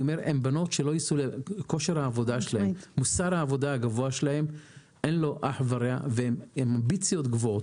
הן בנות שמוסר העבודה שלהן אין לו אח ורע והן עם אמביציות גבוהות,